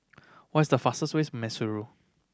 what's the fastest ways Maseru